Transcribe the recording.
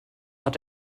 hat